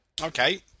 Okay